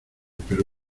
pero